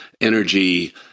energy